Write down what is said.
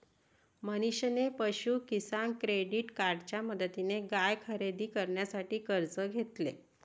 मनीषने पशु किसान क्रेडिट कार्डच्या मदतीने गाय खरेदी करण्यासाठी कर्ज घेतले